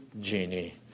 genie